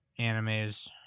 animes